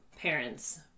parents